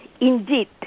indeed